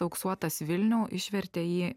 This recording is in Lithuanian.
auksuotas vilniau išvertė jį